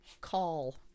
call